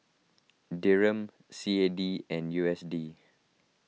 Dirham C A D and U S D